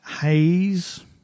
haze